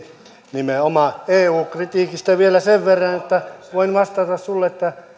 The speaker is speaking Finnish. niin nimenomaan eu kritiikistä vielä sen verran että voin vastata sinulle että